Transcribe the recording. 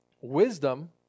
wisdom